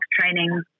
training